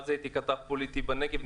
אז הייתי כתב פוליטי בנגב,